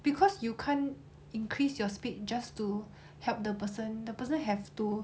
because you can't increase your speed just to help the person the person have to